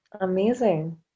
Amazing